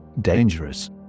dangerous